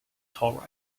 tall